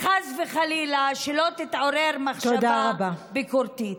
חס וחלילה שלא תתעורר מחשבה ביקורתית.